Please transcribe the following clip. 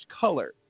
color